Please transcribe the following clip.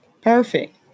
Perfect